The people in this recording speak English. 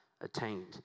attained